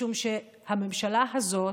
משום שהממשלה הזאת,